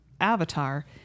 avatar